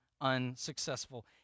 unsuccessful